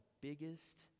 biggest